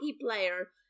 player